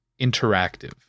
Interactive